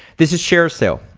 this is shareasale.